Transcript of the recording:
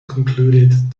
concluded